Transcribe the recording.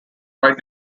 wide